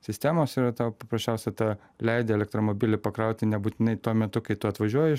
sistemos yra tau paprasčiausia ta leidi elektromobilį pakrauti nebūtinai tuo metu kai tu atvažiuoji